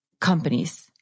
companies